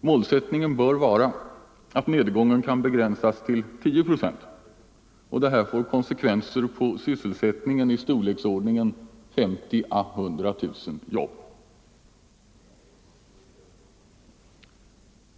Målsättningen bör vara att nedgången kan begränsas till 10 procent. Det får konsekvenser på sysselsättningen i storleksordningen 50 000 å 100 000 jobb.